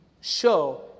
show